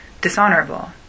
dishonorable